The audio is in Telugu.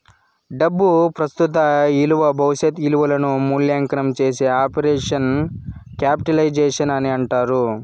డబ్బు ప్రస్తుత ఇలువ భవిష్యత్ ఇలువను మూల్యాంకనం చేసే ఆపరేషన్ క్యాపిటలైజేషన్ అని అంటారు